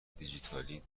دیجیتالی